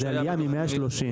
זו עלייה מ-130 מיליון ₪.